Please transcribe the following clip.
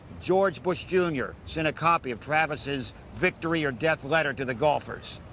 george bush jr sent a copy of travis's victory or death letter to the golfers.